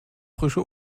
frische